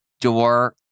door